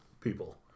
people